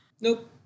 Nope